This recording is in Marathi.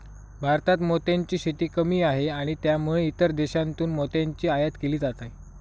भारतात मोत्यांची शेती कमी आहे आणि त्यामुळे इतर देशांतून मोत्यांची आयात केली जाते